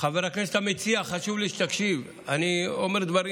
חבר הכנסת המציע, חשוב לי שתקשיב, אני אומר דברים